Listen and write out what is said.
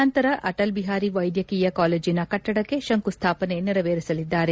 ನಂತರ ಅಟಲ್ ಬಿಹಾರಿ ವೈದ್ಯಕೀಯ ಕಾಲೇಜಿನ ಕಟ್ಟಡಕ್ಕೆ ಶಂಕುಸ್ವಾಪನೆ ನೆರವೇರಿಸಲಿದ್ದಾರೆ